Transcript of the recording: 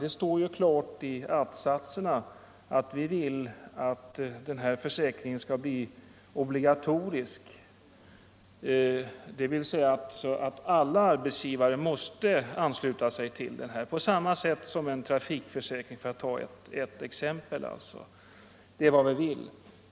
Det står ju klart i att-satserna att vi vill att den här försäkringen skall bli obligatorisk, dvs. att alla arbetsgivare måste ansluta sig till den, på samma sätt som när det gäller en trafikförsäkring, för att ta ett exempel. Detta är vad vi vill.